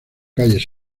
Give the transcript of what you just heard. calles